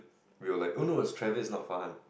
we were like no no Trivers is not fun